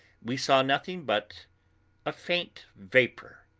we saw nothing but a faint vapour.